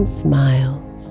smiles